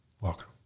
Welcome